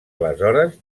aleshores